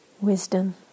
wisdom